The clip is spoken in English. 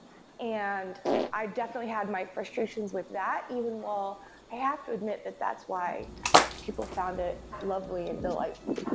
and i definitely had my frustrations with that even while i have to admit that that's why people found it lovely and delightful to